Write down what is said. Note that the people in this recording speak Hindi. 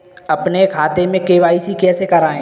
अपने खाते में के.वाई.सी कैसे कराएँ?